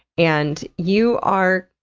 and you are,